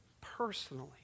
personally